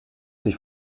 sich